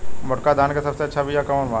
मोटका धान के सबसे अच्छा बिया कवन बा?